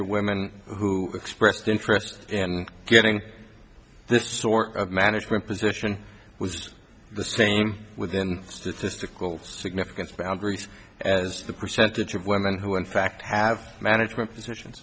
of women who expressed interest in getting this sort of management position was just the same within statistical significance boundaries as the percentage of women who are in fact have management position